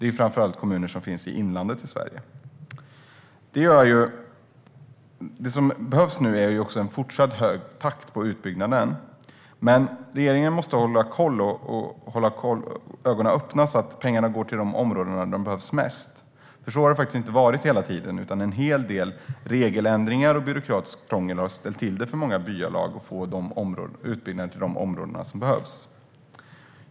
Det är framför allt kommuner i inlandet i Sverige. Det som behövs nu är också en fortsatt hög takt på utbyggnaden. Men regeringen måste hålla koll och hålla ögonen öppna så att pengarna går till de områden där de behövs mest. Så har det faktiskt inte varit hela tiden, utan en hel del regeländringar och byråkratiskt krångel har ställt till det för många byalag vad gäller utbyggnad i de områden där det behövs.